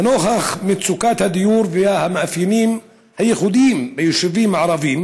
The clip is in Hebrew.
נוכח מצוקת הדיור והמאפיינים הייחודיים ביישובים הערביים